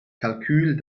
kalkül